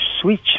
switch